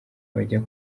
abajya